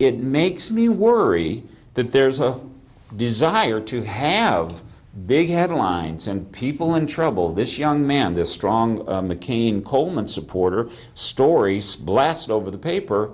it makes me worry that there's a desire to have big headlines and people in trouble this young man this strong mccain coleman supporter stories blasted over the paper